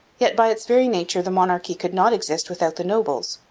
yet by its very nature the monarchy could not exist without the nobles,